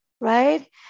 right